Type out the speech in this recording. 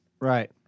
Right